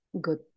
good